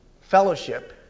fellowship